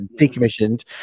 Decommissioned